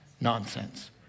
nonsense